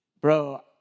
bro